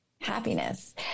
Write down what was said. happiness